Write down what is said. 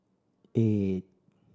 eight